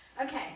Okay